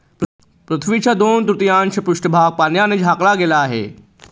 पृथ्वीचा दोन तृतीयांश पृष्ठभाग पाण्याने झाकला गेला आहे